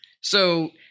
So-